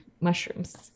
mushrooms